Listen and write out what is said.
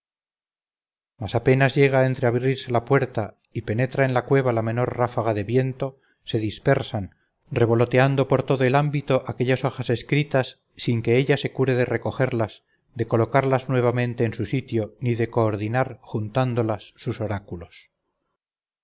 mas apenas llega a entreabrirse la puerta y penetra en la cueva la menor ráfaga de viento se dispersan revoloteando por todo el ámbito aquellas hojas escritas sin que ella se cure de recogerlas de colocarlas nuevamente en su sitio ni de coordinar juntándolas sus oráculos